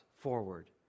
forward